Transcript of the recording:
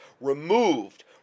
removed